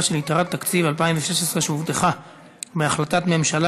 של יתרת תקציב 2016 שהובטחה בהחלטת ממשלה